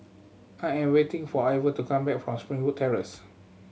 I am waiting for Ivor to come back from Springwood Terrace